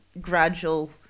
gradual